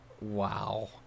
Wow